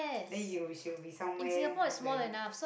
then you will should be somewhere heartland